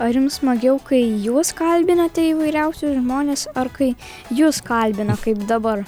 ar jums smagiau kai jūs kalbinate įvairiausius žmones ar kai jus kalbina kaip dabar